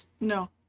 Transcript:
No